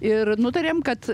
ir nutarėm kad